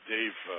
Dave